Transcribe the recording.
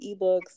eBooks